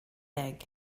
egg